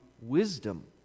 wisdom